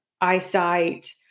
eyesight